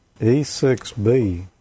E6B